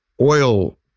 oil